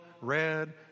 red